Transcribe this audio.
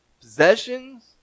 possessions